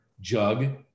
jug